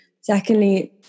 Secondly